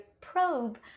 probe